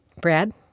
Brad